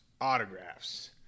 Autographs